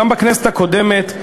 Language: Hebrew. וגם בכנסת הקודמת,